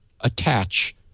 attach